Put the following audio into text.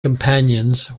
companions